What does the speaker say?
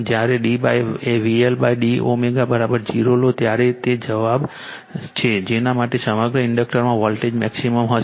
જ્યારે d VLd ω0 લો ત્યારે આ તે જવાબ છે જેના માટે સમગ્ર ઇન્ડક્ટરમાં વોલ્ટેજ મેક્સિમમ હશે